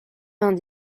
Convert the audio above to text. vingt